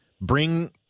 bring